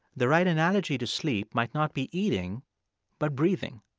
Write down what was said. the right analogy to sleep might not be eating but breathing.